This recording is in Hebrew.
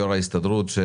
יו"ר ההסתדרות,